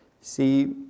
See